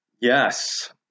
yes